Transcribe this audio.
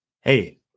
hey